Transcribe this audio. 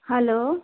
hello